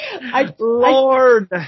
Lord